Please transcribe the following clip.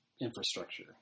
infrastructure